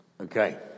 Okay